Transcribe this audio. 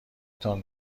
تان